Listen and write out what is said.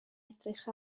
edrych